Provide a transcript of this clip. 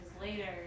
later